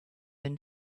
and